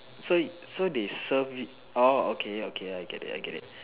so so they serve y~ okay okay I get it I get it